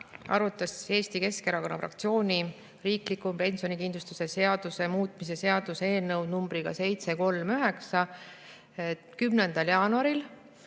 arutas Eesti Keskerakonna fraktsiooni riikliku pensionikindlustuse seaduse muutmise seaduse eelnõu numbriga 739 10. jaanuaril